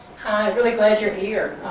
really glad you're here.